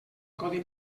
codi